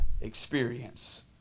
experience